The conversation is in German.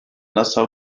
nassau